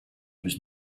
was